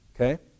okay